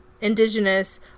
indigenous